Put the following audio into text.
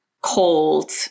cold